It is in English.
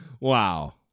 Wow